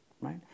right